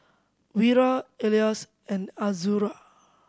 Wira Elyas and Azura